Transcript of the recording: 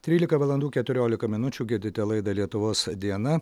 trylika valandų keturiolika minučių girdite laidą lietuvos diena